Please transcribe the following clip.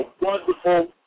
wonderful